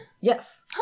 Yes